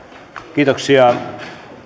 kiitoksia